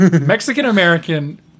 Mexican-American